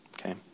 Okay